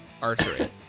Archery